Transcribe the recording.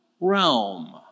realm